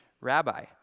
rabbi